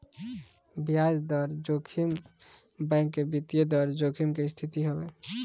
बियाज दर जोखिम बैंक के वित्तीय दर जोखिम के स्थिति हवे